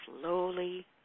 slowly